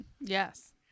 Yes